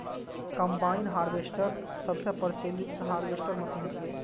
combine harvester सबसं प्रचलित harvester machine छियै